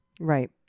Right